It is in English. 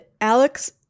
Alex